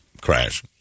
crash